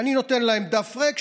אני נותן להם דף ריק,